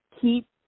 keep